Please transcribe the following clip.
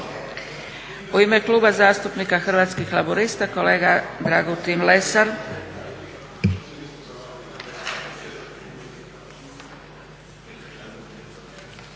U ime Kluba zastupnika Hrvatskih laburista, kolega Dragutin Lesar.